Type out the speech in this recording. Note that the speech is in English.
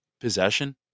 possession